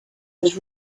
was